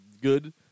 Good